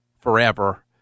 forever